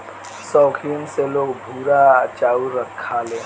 सौखीन से लोग भूरा चाउर खाले